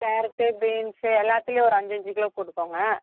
carrot beans எல்லாத்துலேயும் ஒரு அஞ்சஞ்சு கிலோ போட்டுக்கோங்க